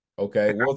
Okay